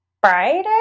Friday